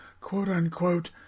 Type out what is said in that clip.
quote-unquote